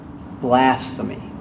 blasphemy